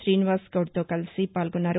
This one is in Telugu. శ్రీనివాస్ గౌడ్తో కలిసి పాల్గొన్నారు